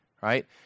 right